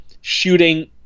shooting